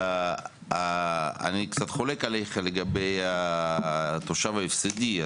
אני קצת חולק עליך לגבי התושב ההפסדי.